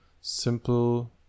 simple